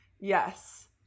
Yes